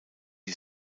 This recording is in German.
die